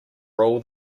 rule